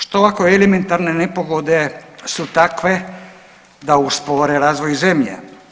Što ako elementarne nepogode su takve da uspore razvoj zemlje?